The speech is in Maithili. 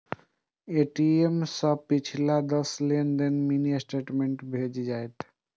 ए.टी.एम सं पिछला दस लेनदेन के मिनी स्टेटमेंट भेटि जायत